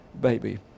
baby